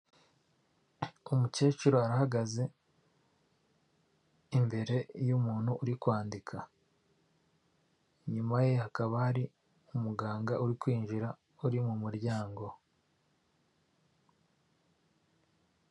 Umukecuru arahagaze imbere y'umuntu uri kwandika inyuma ye hakaba hari umuganga uri kwinjira uri mu muryango.